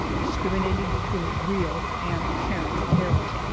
discriminating between real and apparent peril.